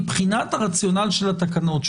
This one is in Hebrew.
מבחינת הרציונל של התקנות,